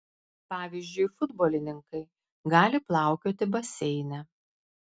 pavyzdžiui futbolininkai gali plaukioti baseine